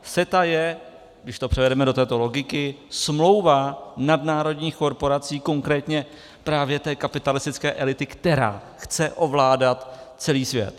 CETA je, když to převedeme do této logiky, smlouva nadnárodních korporací, konkrétně právě té kapitalistické elity, která chce ovládat celý svět.